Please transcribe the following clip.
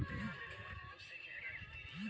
জয়ার শস্যকে হামরা ইংরাজিতে সর্ঘুম মিলেট ব্যলি